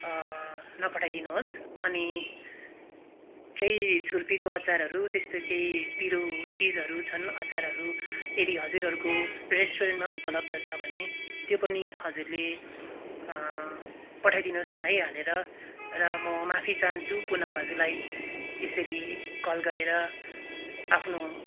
नपठाई दिनुहोस् अनि केही छुर्पीको अचारहरू त्यस्तो केही पिरो चिजहरू छन् अचारहरू यदि हजुरहरूको रेस्टुरेन्टमा उपलब्ध छ भने त्यो पनि हजुरले पठाइदिनु होस् न है हालेर र म माफी चाहन्छु पुन हजुरलाई यसरी कल गरेर आफ्नो